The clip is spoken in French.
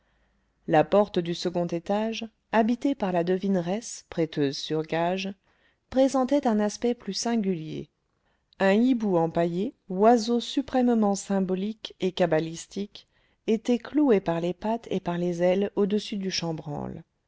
la porte du second étage habité par la devineresse prêteuse sur gages présentait un aspect plus singulier un hibou empaillé oiseau suprêmement symbolique et cabalistique était cloué par les pattes et par les ailes au-dessus du chambranle